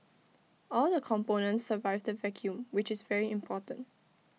all the components survived the vacuum which is very important